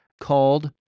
called